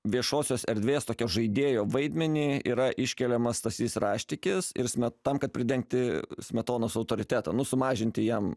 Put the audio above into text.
viešosios erdvės tokio žaidėjo vaidmenį yra iškeliamas stasys raštikis ir sme tam kad pridengti smetonos autoritetą nu sumažinti jam